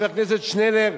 חבר הכנסת שנלר,